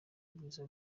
bwiza